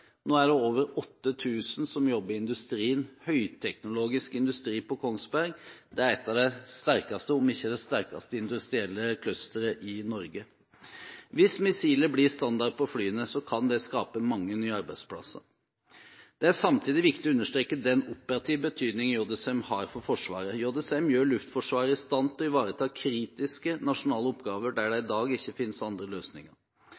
Nå er det over 8 000 mennesker som jobber i industrien – høyteknologisk industri – på Kongsberg. Det er et av de sterkeste industrielle clusterne – om ikke det sterkeste – i Norge. Hvis missilet blir standard på flyene, kan det skape mange nye arbeidsplasser. Det er samtidig viktig å understreke den operative betydning JSM har for Forsvaret. JSM gjør Luftforsvaret i stand til å ivareta kritiske nasjonale oppgaver der det i dag ikke finnes andre løsninger.